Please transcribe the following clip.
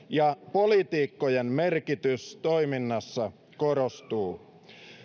ja politiikkojen merkitys toiminnassa korostuu